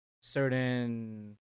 certain